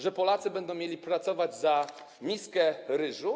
Czy Polacy będą mieli pracować za miskę ryżu?